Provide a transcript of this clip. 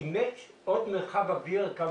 אימץ עוד מרחב אווירי.